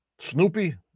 Snoopy